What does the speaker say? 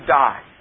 die